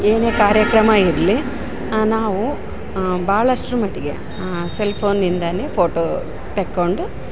ಏನೇ ಕಾರ್ಯಕ್ರಮ ಇರಲಿ ನಾವು ಭಾಳಷ್ಟ್ರು ಮಟ್ಗೆ ಸೆಲ್ಫೋನಿಂದಾನೇ ಫೋಟೋ ತೆಕ್ಕೊಂಡು